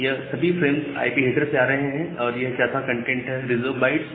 यह सभी frames IP header से आ रहे हैं और यह चौथा कंटेंट है रिजर्व्ड बिट्स